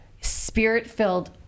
spirit-filled